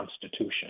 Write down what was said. Constitution